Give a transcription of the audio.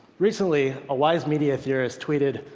recently, a wise media theorist tweeted,